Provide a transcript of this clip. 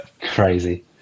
Crazy